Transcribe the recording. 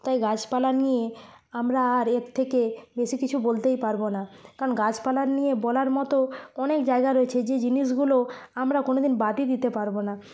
তাই গাছপালা নিয়ে আমরা আর এর থেকে বেশি কিছু বলতেই পারবো না কারণ গাছপালার নিয়ে বলার মতো অনেক জায়গা রয়েছে যে জিনিসগুলো আমরা কোনওদিন বাদই দিতে পারবো না